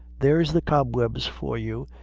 there's the cobwebs for you,